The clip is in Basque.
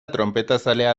tronpetazalea